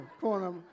corner